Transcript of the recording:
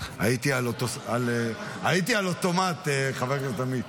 הייתי על אוטומט, חבר הכנסת עמית.